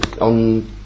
on